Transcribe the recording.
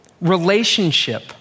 Relationship